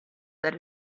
that